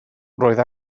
roedd